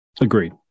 Agreed